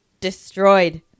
destroyed